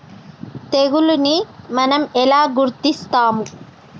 తెగులుని మనం ఎలా గుర్తిస్తాము?